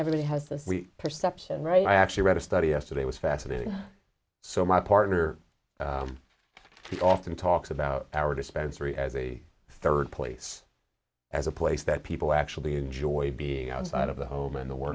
everybody has this perception right i actually read a study yesterday was fascinating so my partner often talks about our dispensary as a third place as a place that people actually enjoy being outside of the home in the